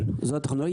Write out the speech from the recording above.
כן, זאת הטכנולוגיה.